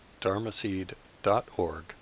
dharmaseed.org